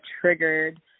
triggered